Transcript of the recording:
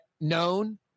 known